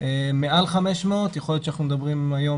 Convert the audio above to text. למעל 500. יכול להיות שכשאנחנו מדברים היום,